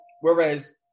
whereas